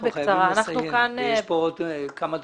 אנחנו חייבים לסיים ויש כאן עוד כמה דוברים.